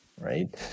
right